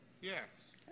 Yes